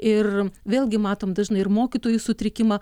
ir vėl gi matom dažnai ir mokytojų sutrikimą